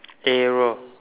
arrow